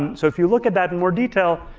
so if you look at that in more detail,